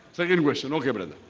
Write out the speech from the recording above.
second question. ok, but